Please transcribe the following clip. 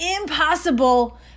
impossible